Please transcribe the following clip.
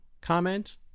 comment